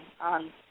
on